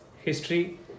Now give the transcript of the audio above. history